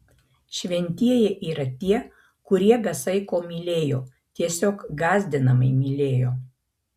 šventieji yra tie kurie be saiko mylėjo tiesiog gąsdinamai mylėjo